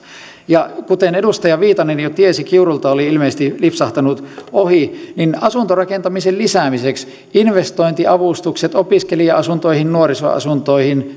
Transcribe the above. ja kuten edustaja viitanen jo tiesi kiurulta oli ilmeisesti lipsahtanut ohi asuntorakentamisen lisäämiseksi investointiavustukset opiskelija asuntoihin nuorisoasuntoihin